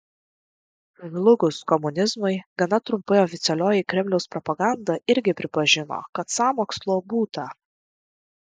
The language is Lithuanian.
žlugus komunizmui gana trumpai oficialioji kremliaus propaganda irgi pripažino kad sąmokslo būta